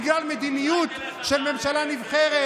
בגלל מדיניות של ממשלה נבחרת,